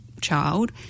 child